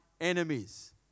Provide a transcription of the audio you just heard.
enemies